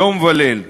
יום וליל,